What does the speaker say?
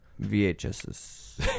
VHSs